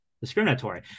Discriminatory